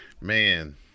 Man